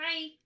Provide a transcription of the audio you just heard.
Hi